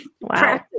Wow